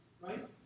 right